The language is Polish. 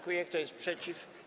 Kto jest przeciw?